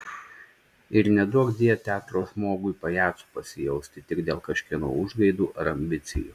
ir neduokdie teatro žmogui pajacu pasijusti tik dėl kažkieno užgaidų ar ambicijų